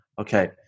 Okay